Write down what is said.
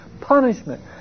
punishment